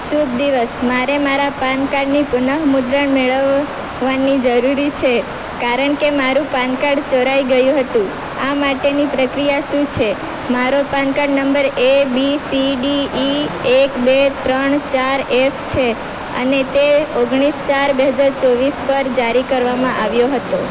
શુભ દિવસ મારે મારા પાનકાર્ડની પુન મુદ્રણ મેળવવાની જરૂરી છે કારણ કે મારું પાન કાર્ડ ચોરાઈ ગયું હતું આ માટેની પ્રક્રિયા શું છે મારો PAN card number A B C D E એક બે ત્રણ ચાર એફ છે અને તે ઓગણીસ ચાર બે હજાર ચોવીસ પર જારી કરવામાં આવ્યો હતો